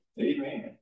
Amen